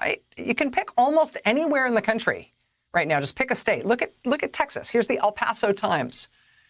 right? you can pick almost anywhere in the country right now. just pick a state. look at look at texas. here's the el paso times